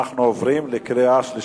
אנחנו עוברים לקריאה שלישית.